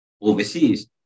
overseas